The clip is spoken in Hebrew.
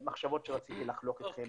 אלה המחשבות שרציתי לחלוק איתכם במאמץ.